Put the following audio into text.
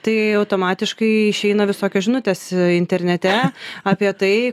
tai automatiškai išeina visokios žinutės internete apie tai